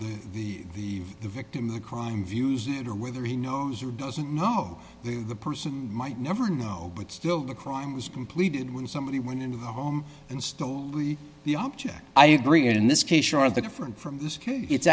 w the the the victim of the crime views or whether he knows or doesn't know who the person might never know but still the crime was completed when somebody went into the home and stole the object i agree in this case sure of the different from this case it's